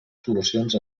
solucions